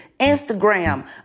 Instagram